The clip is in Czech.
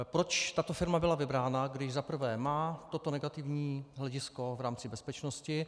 Proč tato firma byla vybrána, když za prvé má toto negativní hledisko v rámci bezpečnosti?